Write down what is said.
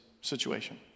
situation